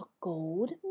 gold